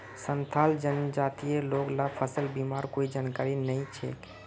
संथाल जनजातिर लोग ला फसल बीमार कोई जानकारी नइ छेक